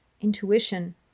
intuition